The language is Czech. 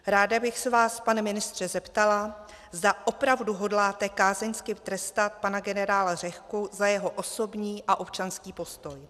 Ráda bych se vás, pane ministře, zeptala, zda opravdu hodláte kázeňsky trestat pana generála Řehku za jeho osobní a občanský postoj.